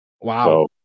wow